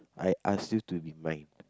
I ask you to be mine